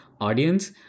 audience